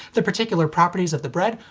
the particular properties of the bread,